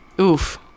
Oof